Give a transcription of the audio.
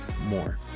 more